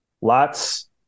lots